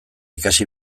ikasi